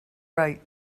right